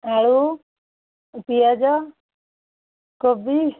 ଆଳୁ ପିଆଜ କୋବି